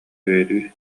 үөрүү